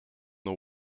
the